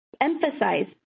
emphasize